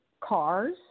cars